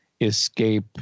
escape